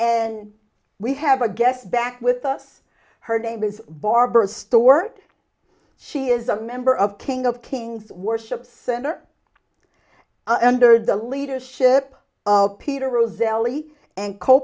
and we have a guest back with us her name is barbara stuart she is a member of king of kings worship center and or the leadership of peter roselle e and co